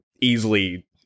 easily